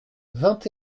vingt